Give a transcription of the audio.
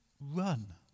run